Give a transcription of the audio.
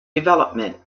development